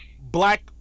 Black